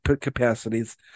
capacities